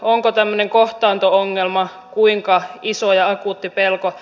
onko tämmöinen kohtaanto ongelma kuinka iso ja akuutti pelko